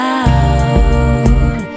out